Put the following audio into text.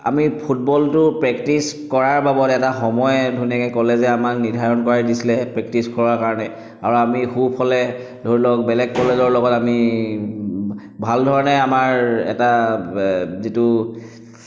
আমি ফুটবলটো প্ৰেক্টিচ কৰাৰ বাবদ এটা সময় ধুনীয়াকৈ কলেজে আমাক নিৰ্ধাৰণ কৰাই দিছিলে প্ৰেক্টিচ কৰাৰ কাৰণে আৰু আমি সুফলে ধৰি লওক বেলেগ কলেজৰ লগত আমি ভাল ধৰণে আমাৰ এটা যিটো